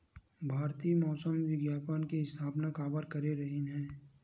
भारती मौसम विज्ञान के स्थापना काबर करे रहीन है?